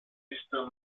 sister